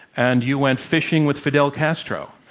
and you went fishing with fidel castro,